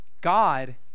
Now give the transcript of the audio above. God